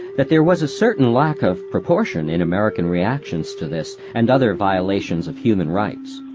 that there was a certain lack of proportion in american reactions to this and other violations of human rights